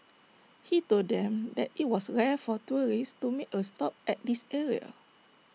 he told them that IT was rare for tourists to make A stop at this area